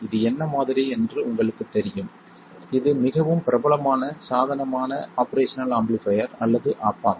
இது என்ன மாதிரி என்று உங்களுக்குத் தெரியும் இது மிகவும் பிரபலமான சாதனமான ஆபரேஷனல் ஆம்பிளிஃபைர் அல்லது ஆப் ஆம்ப்